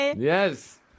Yes